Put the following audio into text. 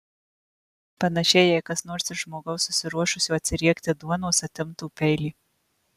panašiai jei kas nors iš žmogaus susiruošusio atsiriekti duonos atimtų peilį